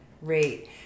rate